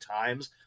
times